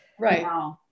right